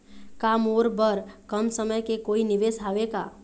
का मोर बर कम समय के कोई निवेश हावे का?